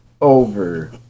over